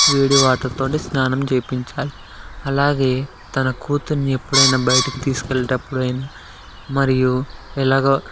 వేడి వాటర్ తోటి స్నానం చేయించాలి అలాగే తన కూతుర్ని ఎప్పుడైనా బయటకి తీసుకు వెళ్ళేటప్పుడైనా మరియు ఎలాగ